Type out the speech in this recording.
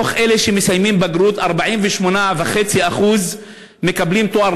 מתוך אלה שמסיימים בגרות 48.5% ממשיכים